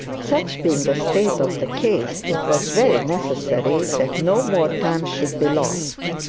such being the state of the case, it was very necessary that no more time should be lost.